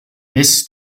this